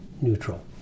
neutral